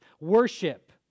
worship